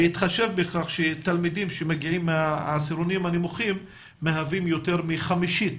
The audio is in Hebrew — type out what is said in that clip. בהתחשב בכך שתלמידים שמגיעים מהעשירונים הנמוכים מהווים יותר מחמישית